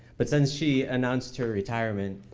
but since she announced her retirement,